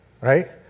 Right